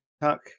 tuck